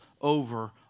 over